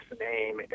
name